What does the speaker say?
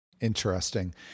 Interesting